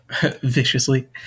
viciously